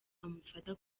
amufata